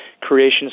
creation